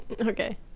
okay